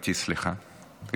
חברתי, סליחה.